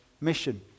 mission